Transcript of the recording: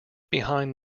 behind